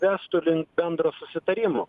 vestų link bendro susitarimo